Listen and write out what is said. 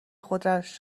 خودش